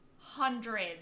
hundreds